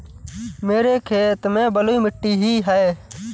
मेरे खेत में बलुई मिट्टी ही है